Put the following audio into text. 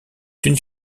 une